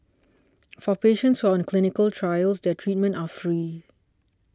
for patients on the clinical trials their treatments are free